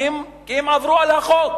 כי הם עברו על החוק.